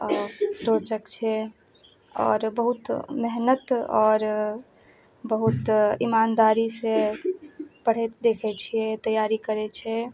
चौरचक छै आओर बहुत मेहनत आओर बहुत ईमानदारी से पढ़ैत देखै छियै तैयारी करै छै